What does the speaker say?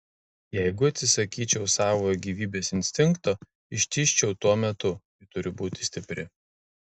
jeigu atsisakyčiau savojo gyvybės instinkto ištižčiau tuo metu kai turiu būti stipri